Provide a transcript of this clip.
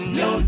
no